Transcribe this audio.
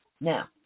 Now